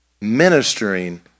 ministering